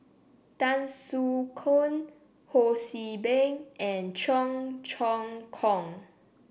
Tan Soo Khoon Ho See Beng and Cheong Choong Kong